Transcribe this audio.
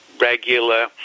regular